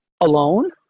alone